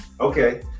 Okay